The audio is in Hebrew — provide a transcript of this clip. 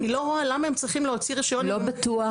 אני לא רואה למה הם צריכים להוציא רישיון --- לא בטוח,